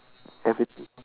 everything